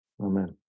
Amen